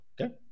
okay